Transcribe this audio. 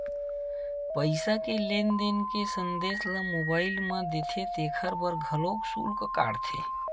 पईसा के लेन देन के संदेस ल मोबईल म देथे तेखर बर घलोक सुल्क काटथे